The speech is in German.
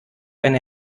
eine